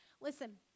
Listen